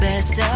Best